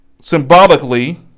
Symbolically